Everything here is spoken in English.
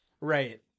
Right